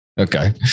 okay